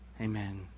Amen